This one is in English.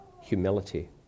humility